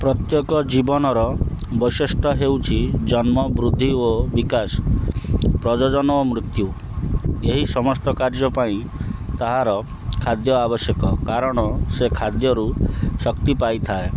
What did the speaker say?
ପ୍ରତ୍ୟେକ ଜୀବନର ବୈଶିଷ୍ଟ୍ୟ ହେଉଛି ଜନ୍ମ ବୃଦ୍ଧି ଓ ବିକାଶ ପ୍ରଯୋଜନ ମୃତ୍ୟୁ ଏହି ସମସ୍ତ କାର୍ଯ୍ୟ ପାଇଁ ତାହାର ଖାଦ୍ୟ ଆବଶ୍ୟକ କାରଣ ସେ ଖାଦ୍ୟରୁ ଶକ୍ତି ପାଇଥାଏ